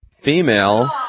Female